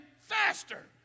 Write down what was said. faster